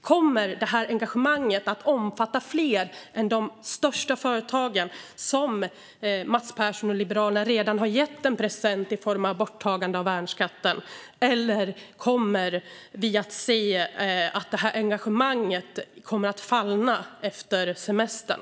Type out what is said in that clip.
Kommer detta engagemang att omfatta fler än de största företagen, som Mats Persson och Liberalerna redan har gett en present i form av borttagande av värnskatten, eller kommer vi att se att detta engagemang falnar efter semestern?